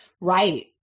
Right